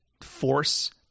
force